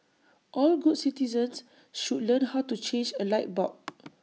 all good citizens should learn how to change A light bulb